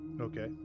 Okay